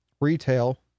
retail